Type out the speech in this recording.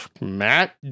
Matt